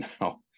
now